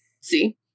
see